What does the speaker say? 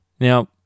Now